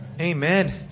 amen